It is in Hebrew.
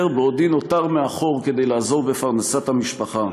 בעודי נותר מאחור כדי לעזור בפרנסת המשפחה,